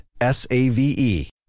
S-A-V-E